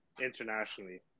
internationally